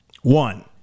One